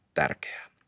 tärkeää